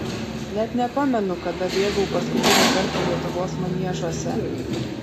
net nepamenu kada bėgau paskutinį kartą lietuvos maniežuose